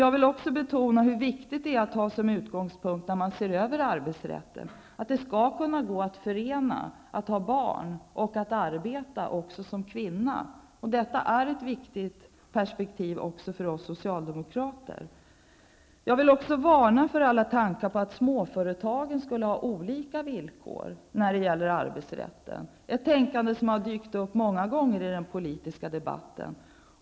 Jag vill också betona hur viktigt det är att man vid översynen av arbetsrätten har som utgångspunkt att kvinnor skall kunna förena barn och arbete. Detta är ett viktigt perspektiv också för oss socialdemokrater. Jag vill också varna för att alla tankar på att småföretagen skulle ha andra villkor än storföretagen när det gäller arbetsrätten. Det är ett tänkande som har dykt upp många gånger i den politiska debatten.